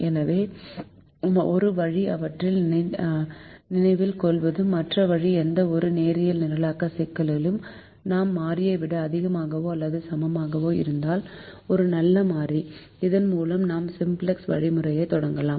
எனவே ஒரு வழி அவற்றை நினைவில் கொள்வது மற்ற வழி எந்தவொரு நேரியல் நிரலாக்க சிக்கலிலும் நாம் மாறியை விட அதிகமாகவோ அல்லது சமமாகவோ இருந்தால் ஒரு நல்ல மாறி இதன் மூலம் நாம் சிம்ப்ளக்ஸ் வழிமுறையைத் தொடங்கலாம்